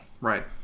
right